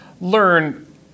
learn